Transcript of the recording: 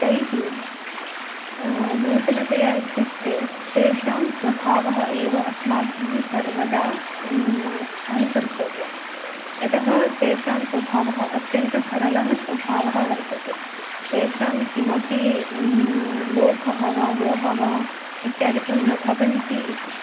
तैः नूतनतया इत्युक्ते तेषां स्वभावः एव अस्माभिः सर्वदा अनुसर्तव्यः यतः तेषां स्वभावः अत्यन्तः सरलः स्वभावः वर्तते तेषां किमपि लोभः वा मोहः वा इत्यादिकं न भवन्ति इति